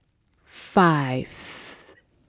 five